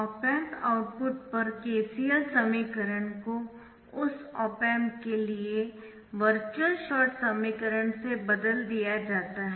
op amp output पर KCL समीकरण को उस ऑप एम्प के लिए वर्चुअल शॉर्ट समीकरण से बदल दिया जाता है